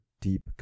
deep